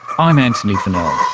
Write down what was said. i'm antony funnell.